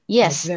yes